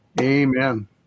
Amen